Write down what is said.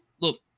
look